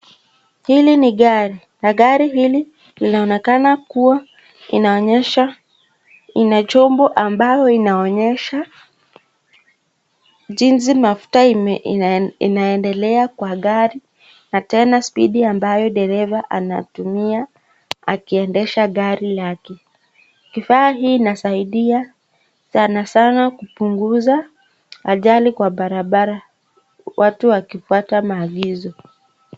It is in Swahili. Hili ni gari na gari hili linaonekana kuwa inaonyesha ina chombo ambayo inaonyesha jinsi mafuta inaendelea kwa gari na tena spidi ambayo dereva anatumia akiendesha gari lake. Kifaa hii inasaidia sana sana kupunguza ajali kwa barabara watu wakifuata maagizo.